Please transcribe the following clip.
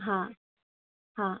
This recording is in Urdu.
ہاں ہاں